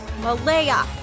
Malaya